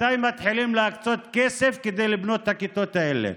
מתי מתחילים להקצות כסף כדי לבנות את הכיתות האלה?